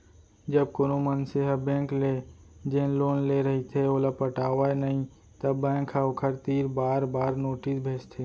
जब कोनो मनसे ह बेंक ले जेन लोन ले रहिथे ओला पटावय नइ त बेंक ह ओखर तीर बार बार नोटिस भेजथे